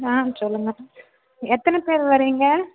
ஆ சொல்லுங்கள் எத்தனைப் பேர் வர்றீங்க